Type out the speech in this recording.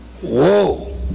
Whoa